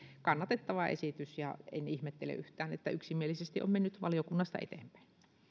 kannatettava esitys ja en ihmettele yhtään että yksimielisesti on mennyt valiokunnasta eteenpäin